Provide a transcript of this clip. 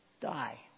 die